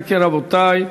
אם כן, רבותי,